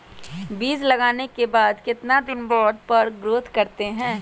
बीज लगाने के बाद कितने दिन बाद पर पेड़ ग्रोथ करते हैं?